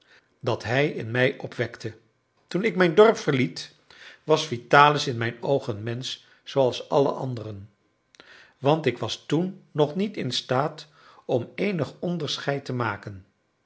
dat hij in mij opwekte toen ik mijn dorp verliet was vitalis in mijn oog een mensch zooals alle anderen want ik was toen nog niet in staat om eenig onderscheid te maken